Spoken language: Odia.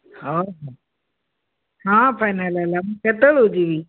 ହଉ ହଉ ହଁ ଫାଇନାଲ୍ ହେଲା ମୁଁ କେତେବେଳକୁ ଯିବି